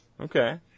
Okay